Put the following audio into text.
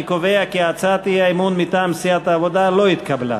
אני קובע כי הצעת האי-אמון מטעם סיעת העבודה לא התקבלה.